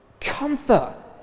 Comfort